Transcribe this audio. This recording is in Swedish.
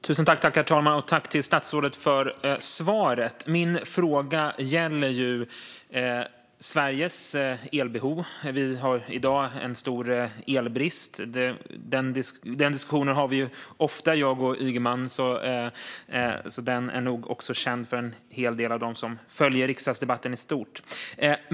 Herr talman! Tack, statsrådet, för svaret! Min fråga gäller Sveriges elbehov. Vi har i dag en stor elbrist. Den diskussionen har vi ofta, jag och Ygeman, så den är nog känd för en hel del av dem som följer riksdagsdebatten i stort.